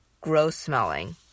gross-smelling